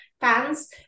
fans